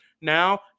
Now